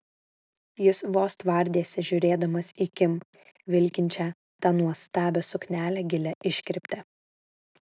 jis vos tvardėsi žiūrėdamas į kim vilkinčią tą nuostabią suknelę gilia iškirpte